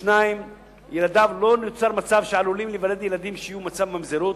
2. לא נוצר מצב שעלולים להיוולד ילדים שיהיו במצב ממזרות,